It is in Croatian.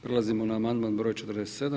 Prelazimo na amandman broj 47.